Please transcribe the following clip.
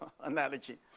analogy